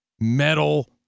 metal